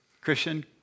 Christian